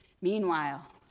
Meanwhile